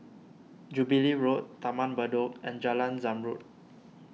Jubilee Road Taman Bedok and Jalan Zamrud